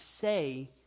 say